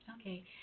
Okay